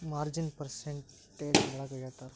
ಮಾರ್ಜಿನ್ನ percentage ಒಳಗ ಹೇಳ್ತರ